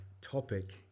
topic